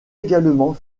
également